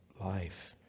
life